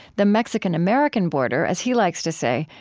the mexican-american border, as he likes to say,